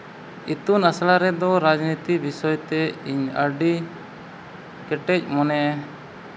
ᱤᱛᱩᱱ ᱟᱥᱲᱟ ᱨᱮᱫᱚ ᱨᱟᱡᱽᱱᱤᱛᱤ ᱵᱤᱥᱚᱭ ᱛᱮ ᱤᱧ ᱟᱹᱰᱤ ᱠᱮᱴᱮᱡ ᱢᱚᱱᱮ